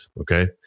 okay